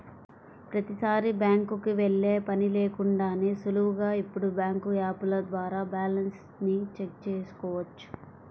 ప్రతీసారీ బ్యాంకుకి వెళ్ళే పని లేకుండానే సులువుగా ఇప్పుడు బ్యాంకు యాపుల ద్వారా బ్యాలెన్స్ ని చెక్ చేసుకోవచ్చు